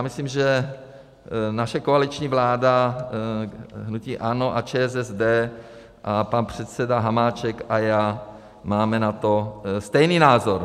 Myslím, že naše koaliční vláda hnutí ANO a ČSSD a pan předseda Hamáček a já máme na to stejný názor.